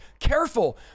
careful